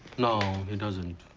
no, he doesn't.